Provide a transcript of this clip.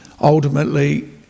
ultimately